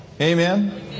Amen